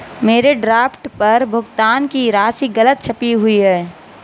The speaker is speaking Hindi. मेरे ड्राफ्ट पर भुगतान की राशि गलत छपी हुई है